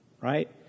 right